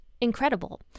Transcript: incredible